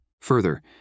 Further